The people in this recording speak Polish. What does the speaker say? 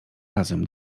razem